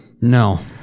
No